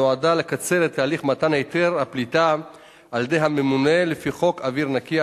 נועדה לקצר את הליך מתן היתר הפליטה על-ידי הממונה לפי חוק אוויר נקי,